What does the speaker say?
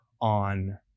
on